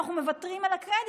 אנחנו מוותרים על הקרדיט.